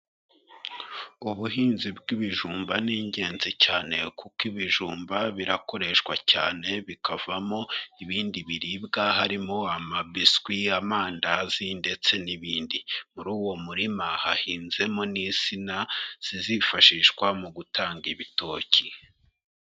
Ubuhinzi bw'ibijumba ni ingenzi cyane, kuko ibijumba birakoreshwa cyane bikavamo ibindi biribwa harimo amabiswi, amandazi, ndetse n'ibindi, muri uwo murima hahinzemo n'isina zizifashishwa mu gutanga ibitoki.